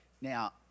Now